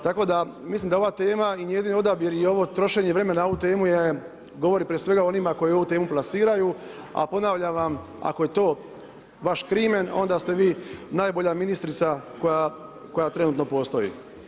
Tako da mislim da je ova tema i njezin odabir i ovo trošenje vremena na ovu temu je, govori prije svega onima koji ovu temu plasiraju a ponavljam vam ako je to vaš krimen onda ste vi najbolja ministrica koja trenutno postoji.